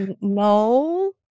no